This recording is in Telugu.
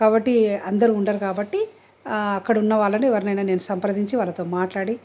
కాబట్టి అందరూ ఉండరు కాబట్టి అక్కడున్న వాళ్ళను ఎవరినైనా నేను సంప్రదించి వాళ్ళతో మాట్లాడి